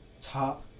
Top